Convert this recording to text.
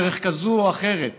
בדרך זו או אחרת,